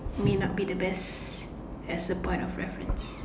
may not be the best as a point of reference